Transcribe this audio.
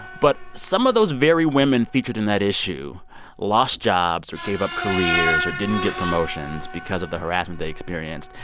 but some of those very women featured in that issue lost jobs or gave up careers or didn't get promotions because of the harassment they experienced,